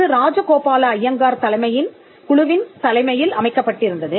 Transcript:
இது ராஜகோபால அய்யங்கார் குழுவின் தலைமையில் அமைக்கப்பட்டு இருந்தது